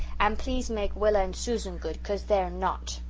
and please make willa and susan good, cause they're not